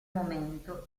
momento